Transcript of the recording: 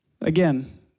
Again